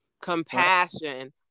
Compassion